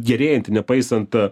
gerėjanti nepaisant